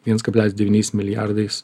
viens kablelis devyniais milijardais